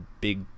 big